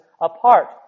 apart